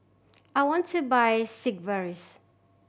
I want to buy Sigvaris